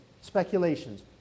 speculations